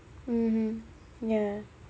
mmhmm ya